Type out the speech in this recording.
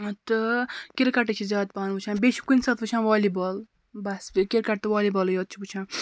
تہٕ کِرکَٹٕے چھِ زیادٕ پَہَن وٕچھان بیٚیہِ چھِ کُنہِ ساتہٕ وٕچھان والی بال بَس بیٚیہِ کِرکَٹ تہٕ والی بالٕے یوت چھِ وٕچھان